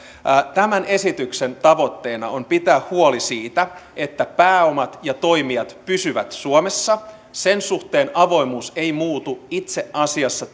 tämän esityksen tavoitteena on pitää huoli siitä että pääomat ja toimijat pysyvät suomessa sen suhteen avoimuus ei muutu itse asiassa